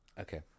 Okay